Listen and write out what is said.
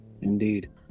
Indeed